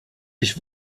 ich